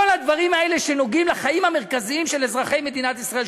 כל הדברים האלה שנוגעים לחיים המרכזיים של אזרחי מדינת ישראל,